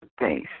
face